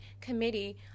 committee